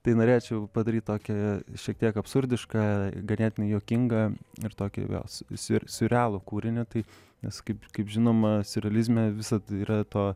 tai norėčiau padaryti tokią šiek tiek absurdišką ganėtinai juokingą ir tokį vėl siur siurrealų kūrinį tai nes kaip kaip žinoma siurrealizme visad yra to